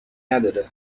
نداره